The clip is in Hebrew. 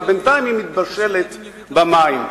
אבל בינתיים היא מתבשלת במים.